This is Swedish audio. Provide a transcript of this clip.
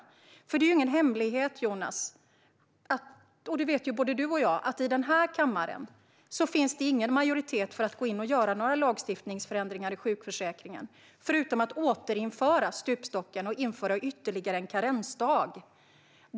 Det är ju inte någon hemlighet - det vet både du och jag - att det inte finns någon majoritet i denna kammare för att göra några lagstiftningsförändringar i fråga om sjukförsäkringen, förutom att återinföra stupstocken och införa ytterligare en karensdag.